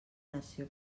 nació